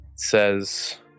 says